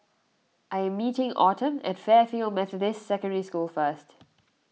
I am meeting Autumn at Fairfield Methodist Secondary School first